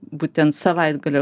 būtent savaitgalio